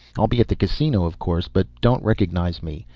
i'll be at the casino of course, but don't recognize me.